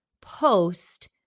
post